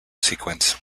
sequence